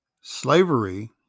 Slavery